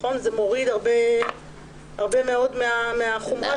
זה מוריד הרבה מאוד מהחומרה?